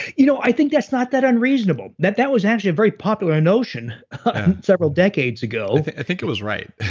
you know i think that's not that unreasonable. that that was actually a very popular notion several decades ago i think it was right